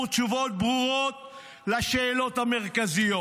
תשובות ברורות על השאלות המרכזיות.